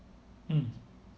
mm